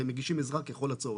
והם מגישים עזרה ככל הצורך,